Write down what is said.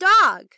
dog